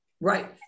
Right